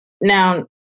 Now